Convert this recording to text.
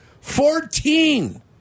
Fourteen